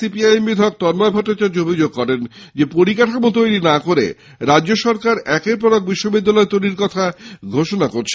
CPIM বিধায়ক তন্ময় ভট্টাচার্য অভিযোগ করেন পরিকাঠামো তৈরি না করে রাজ্য সরকার একের পর এক বিশ্ববিদ্যালয় তৈরীর কথা ঘোষণা করছে